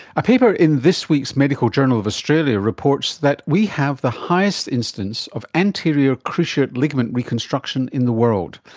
a paper in this week's medical journal of australia reports that we have the highest instance of anterior cruciate ligament reconstruction in the world.